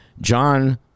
John